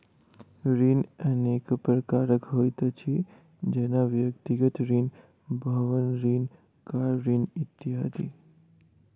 ऋण अनेको प्रकारक होइत अछि, जेना व्यक्तिगत ऋण, भवन ऋण, कार ऋण इत्यादि